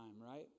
right